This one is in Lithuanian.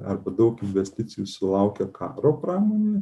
arba daug investicijų sulaukia karo pramonė